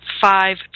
five